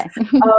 okay